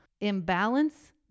imbalance